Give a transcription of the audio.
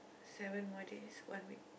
seven more days one week